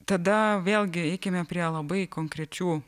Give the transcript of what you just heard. tada vėlgi eikime prie labai konkrečių